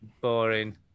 Boring